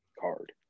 card